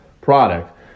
product